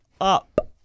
up